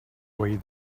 way